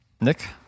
Nick